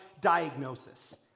diagnosis